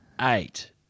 eight